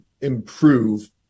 improve